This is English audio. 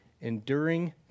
enduring